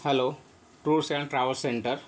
hello tours and travels centre